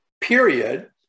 period